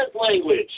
language